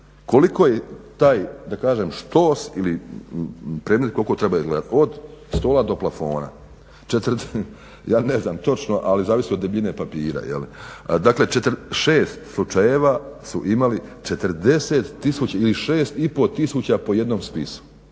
koliki je taj štos ili predmet koliko treba izgledati? Od stola do plafona. Ja ne znam točno ali zavisi od debljine papira. Dakle 6 slučajeva su imali 40 tisuća ili 6,5 tisuća po jednom spisu.